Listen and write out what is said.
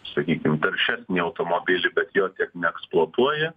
sakykim taršesnį automobilį bet jo tiek neeksploatuoji